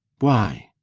why?